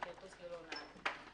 ודלתות ללא נהג.